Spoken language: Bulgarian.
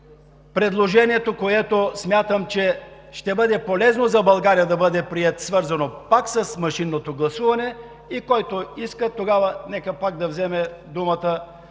предложението, което смятам, че ще бъде полезно за България да бъде прието, свързано пак с машинното гласуване, и който иска тогава, нека пак да вземе думата.